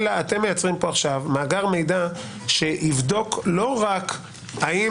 אלא אתם מייצרים פה עכשיו מאגר מידע שיבדוק לא רק האם